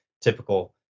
typical